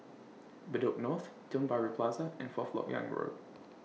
Bedok North Tiong Bahru Plaza and Fourth Lok Yang Road